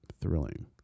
thrilling